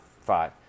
Five